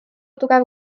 tugev